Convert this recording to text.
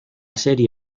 serie